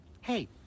Hey